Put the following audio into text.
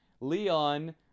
Leon